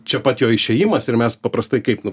čia pat jo išėjimas ir mes paprastai kaip nu